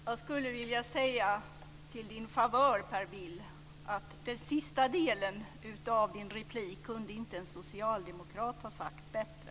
Herr talman! Till Per Bills favör vill jag säga att den sista delen av hans replik kunde inte en socialdemokrat ha sagt bättre.